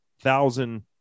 thousand